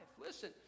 Listen